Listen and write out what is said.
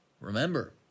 Remember